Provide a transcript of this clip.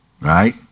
right